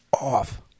off